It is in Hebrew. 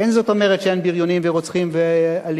אין זאת אומרת שאין בריונים ורוצחים ואלימים,